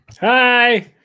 Hi